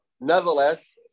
Nevertheless